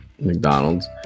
McDonald's